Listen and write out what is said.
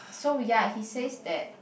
so ya he says that